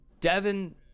Devin